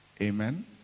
amen